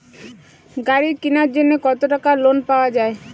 গাড়ি কিনার জন্যে কতো টাকা লোন পাওয়া য়ায়?